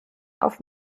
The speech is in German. auf